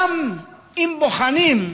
אם בוחנים,